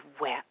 wet